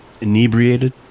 Inebriated